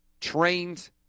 Trains